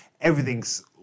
everything's